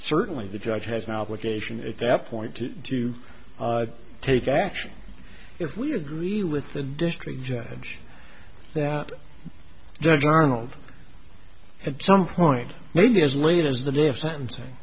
certainly the judge has an obligation at that point to take action if we agree with the district judge that judge arnold at some point maybe as late as the day of sentencing